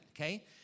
okay